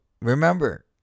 remember